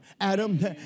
Adam